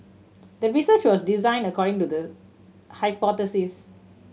the research was designed according to the hypothesis